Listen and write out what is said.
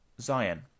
Zion